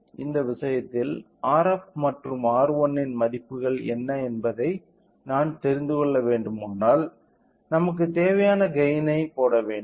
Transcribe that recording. இப்போது இந்த விஷயத்தில் Rf மற்றும் R1 இன் மதிப்புகள் என்ன என்பதை நான் தெரிந்து கொள்ள வேண்டுமானால் நமக்கு தேவையான கெய்ன் ஐ போட வேண்டும்